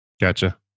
Gotcha